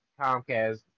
Comcast